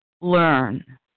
learn